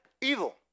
evil